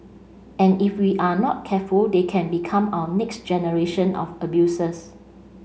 and if we are not careful they can become our next generation of abusers